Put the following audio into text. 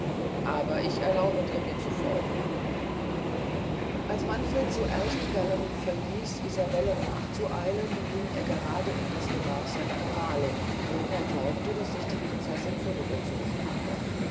aber ich erlaube dir mir zu folgen als manfred zuerst die gallerie verließ isabellen nachzueilen ging er grade in das gemach seiner gemahlin wohin er glaubte daß sich die prinzessin zurückgezogen habe